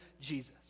Jesus